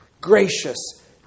gracious